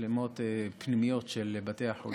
מצלמות פנימיות של בתי החולים.